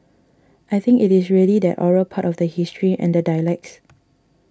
I think it is really that oral part of the history and the dialects